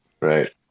Right